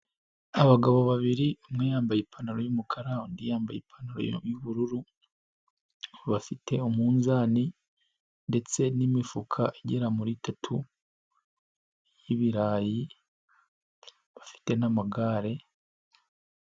Abagabo babiri, umwe yambaye ipantaro y'umukara undi yambaye ipantaro y'ubururu, bafite umunzani ndetse n'imifuka igera muri itatu y'ibirayi ,bafite n'amagare.